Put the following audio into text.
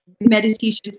meditations